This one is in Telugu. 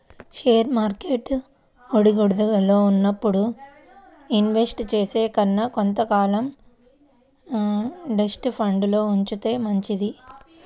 షేర్ మార్కెట్ ఒడిదుడుకుల్లో ఉన్నప్పుడు ఇన్వెస్ట్ చేసే కన్నా కొంత కాలం డెబ్ట్ ఫండ్లల్లో ఉంచితే మంచిది